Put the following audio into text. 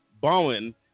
bowen